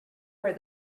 where